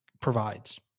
provides